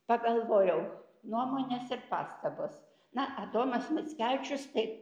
pagalvojau nuomonės ir pastabos na adomas mickevičius taip